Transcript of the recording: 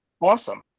awesome